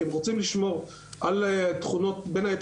כי הם רוצים לשמור על תכונות בין היתר